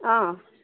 অঁ